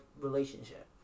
relationship